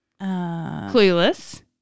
Clueless